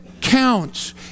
counts